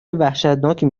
وحشتناکی